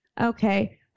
Okay